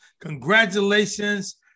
Congratulations